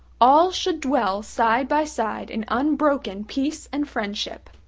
all should dwell side by side in unbroken peace and friendship.